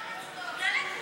בעד?